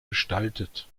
gestaltet